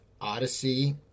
Odyssey